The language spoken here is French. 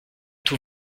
tout